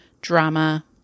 drama